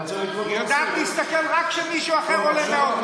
היא יודעת להסתכל רק כשמישהו אחר עולה מהאופוזיציה.